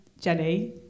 Jenny